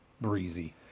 breezy